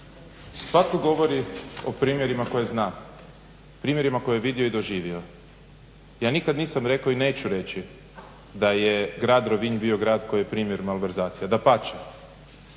svatko govori o primjerima koje zna, primjerima koje je vidio i doživio. Ja nikad nisam rekao i neću reći da je grad Rovinj bio grad koji je primjer malverzacije, dapače.